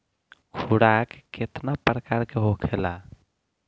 खुराक केतना प्रकार के होखेला?